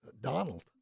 Donald